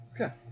Okay